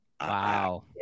Wow